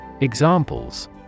Examples